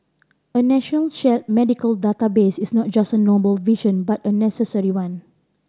a national shared medical database is not just a noble vision but a necessary one